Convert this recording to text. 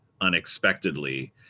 unexpectedly